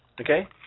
Okay